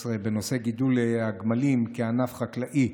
13 בנושא גידול הגמלים כענף חקלאי.